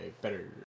better